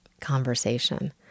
conversation